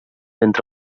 entre